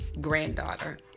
granddaughter